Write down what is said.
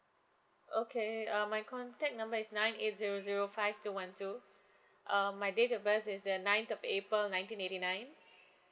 okay uh my contact number is nine eight zero zero five two one two um my date of birth is the ninth of april nineteen eighty nine